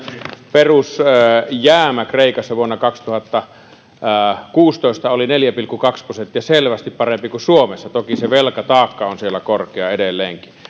perusjäämä kreikassa vuonna kaksituhattakuusitoista oli neljä pilkku kaksi prosenttia selvästi parempi kuin suomessa toki se velkataakka on siellä korkea edelleenkin